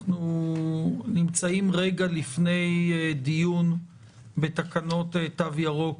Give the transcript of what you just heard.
אנחנו נמצאים רגע לפני דיון בתקנות תו ירוק